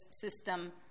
system